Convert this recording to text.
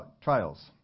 trials